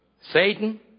Satan